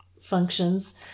functions